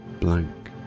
blank